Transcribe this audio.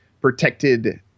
protected